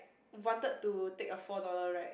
wanted to take a four dollar ride